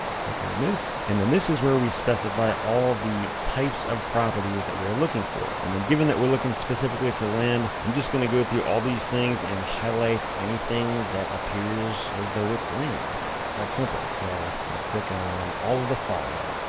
click on this. and and this is where we specify all the types of properties that we're looking for. and given that we're looking specifically for land, i'm just gonna go through all these things and highlight anything that appears as though it's land to me, it's that simple. so, i'll click on all of the following.